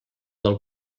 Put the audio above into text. del